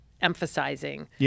emphasizing